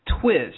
twist